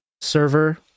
server